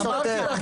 אמרתי להם,